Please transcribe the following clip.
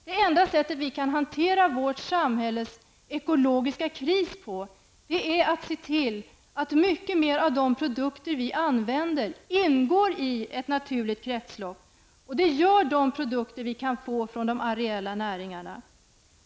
Det enda sättet för oss att hantera vårt samhälles ekologiska kris är att se till att mycket mer av de produkter vi använder ingår i ett naturligt kretslopp, och detta är fallet i fråga om de produkter vi kan få från de areella näringarna.